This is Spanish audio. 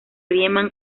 riemann